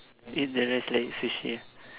eat the rice like Sushi ah